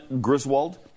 Griswold